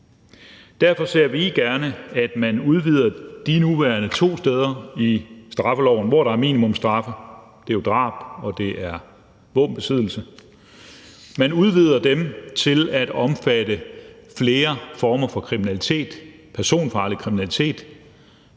Derfor ser vi gerne, at man udvider de nuværende to steder i straffeloven, hvor der er minimumsstraffe – det er drab og våbenbesiddelse – til at omfatte flere former for kriminalitet og personfarlig kriminalitet,